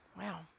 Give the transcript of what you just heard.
wow